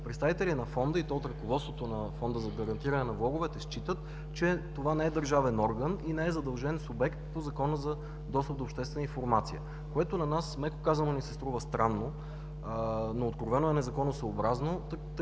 представители на Фонда, и то от ръководството на Фонда за гарантиране на влоговете считат, че това не е държавен орган и не е задължен субект по Закона за достъп до обществена информация. Това ни се струва, меко казано, странно, но откровено е незаконосъобразно, тъй